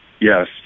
Yes